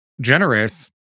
generous